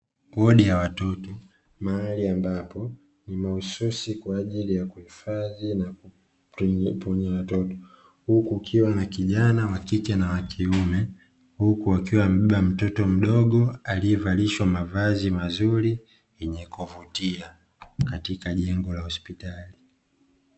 Wodi ya watoto mahali ambapo ni mahususi kwa ajili ya kuhifadhi na kuponyea watoto, huku kukiwa na kijana wa kike na wa kiume huku wakiwa wamebeba mtoto mdogo aliyevalishwa mavazi mazuri yenye kuvutia katika jengo la hospitali.